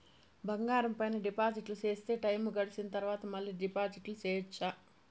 బంగారం పైన డిపాజిట్లు సేస్తే, టైము గడిసిన తరవాత, మళ్ళీ డిపాజిట్లు సెయొచ్చా?